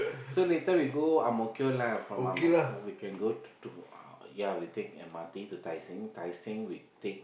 so later we go Ang-Mo-Kio lah from Ang-Mo-Kio we can go to to ya we take M_R_T to Tai Seng Tai Seng we take